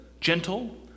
gentle